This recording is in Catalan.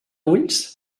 ulls